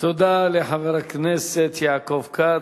תודה לחבר הכנסת יעקב כץ.